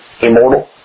immortal